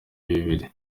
bibiri